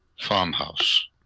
farmhouse